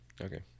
okay